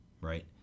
right